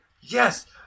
yes